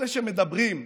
אלה שמדברים,